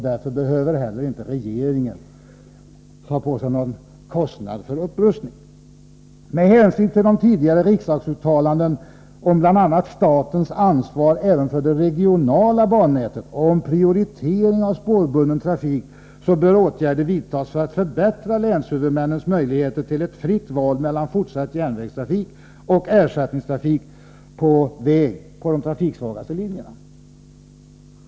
Därför behöver inte heller regeringen ta på sig några kostnader för upprustning. Med hänsyn till tidigare riksdagsuttalanden om bl.a. statens ansvar även för det regionala bannätet och om prioritering av spårbunden trafik bör åtgärder vidtas för att förbättra länshuvudmännens möjligheter till ett fritt val mellan fortsatt järnvägstrafik och ersättningstrafik på väg på de trafiksvagaste linjerna.